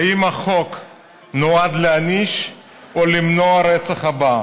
האם החוק נועד להעניש או למנוע את הרצח הבא?